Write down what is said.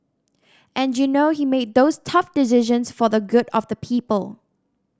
and you know he made those tough decisions for the good of the people